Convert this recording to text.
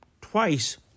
twice